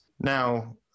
Now